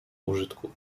użytku